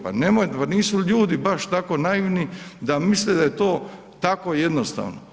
Pa nemojte, pa nisu ljudi baš tako naivni da misle da je to tako jednostavno.